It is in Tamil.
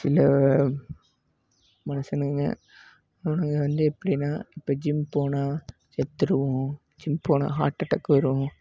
சில மனுஷனுங்க அவனுங்க வந்து எப்படின்னா இப்போ ஜிம் போனால் செத்துடுவோம் ஜிம் போனால் ஹார்ட் அட்டாக் வரும்